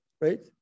Right